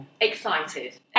Excited